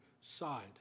side